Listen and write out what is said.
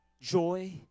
joy